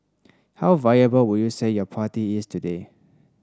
how viable would you say your party is today